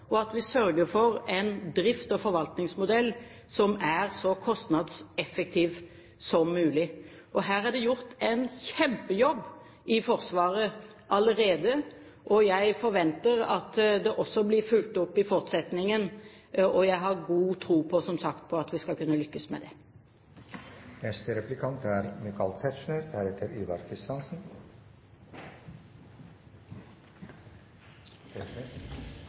og at vi sørger for en drift og forvaltningsmodell som er så kostnadseffektiv som mulig. Her er det gjort en kjempejobb i Forsvaret allerede, og jeg forventer at det også blir fulgt opp i fortsettelsen. Jeg har god tro, som sagt, på at vi skal kunne lykkes med